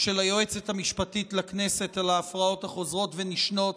של היועצת המשפטית לכנסת על ההפרעות החוזרות ונשנות